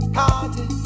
party